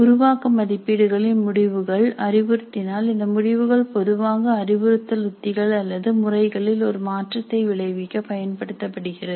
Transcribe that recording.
உருவாக்க மதிப்பீடுகளின் முடிவுகள் அறிவுறுத்தினால் இந்த முடிவுகள் பொதுவாக அறிவுறுத்தல் உத்திகள் அல்லது முறைகளில் ஒரு மாற்றத்தை விளைவிக்க பயன்படுத்தப்படுகிறது